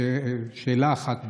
שאלה אחת,